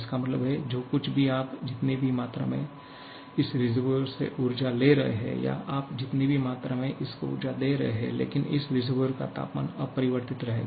इसका मतलब है जो कुछ भी आप जितनी भी मात्रा मे इस रिसर्वोइएर ऊर्जा से ले रहे हैं या आप जितनी भी मात्रा में इसको ऊर्जा दे रहे हो लेकिन इस रिसर्वोइएर का तापमान अपरिवर्तित रहेगा